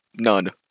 None